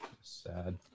Sad